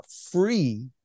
free